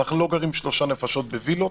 אנחנו לא גרים שלוש נפשות בווילות,